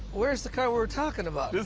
where's the car we were talking about?